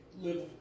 live